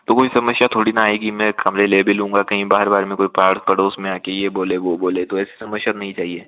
तो कोई समस्या थोड़ी ना आयेगी मैं कमरे ले भी लूँगा कहीं बार बार में कोई पहाड़ पड़ोस में आके ये बोले वो बोले तो ऐसी समस्या नहीं चाहिए